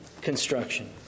construction